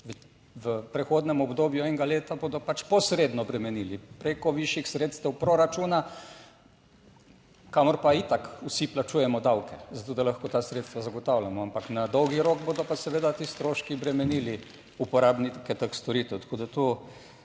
V prehodnem obdobju enega leta bodo pač posredno bremenili preko višjih sredstev proračuna, kamor pa itak vsi plačujemo davke zato, da lahko ta sredstva zagotavljamo, ampak na dolgi rok bodo pa seveda ti stroški bremenili uporabnike teh storitev,